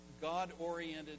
God-oriented